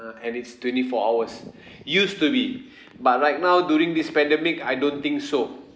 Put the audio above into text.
ah and it's twenty four hours used to be but right now during this pandemic I don't think so